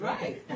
Right